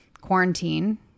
quarantine